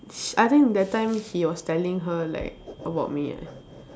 sh~ I think that time he was telling her like about me